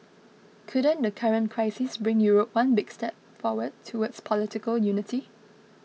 couldn't the current crisis bring Europe one big step forward towards political unity